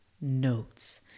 notes